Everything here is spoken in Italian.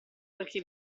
perché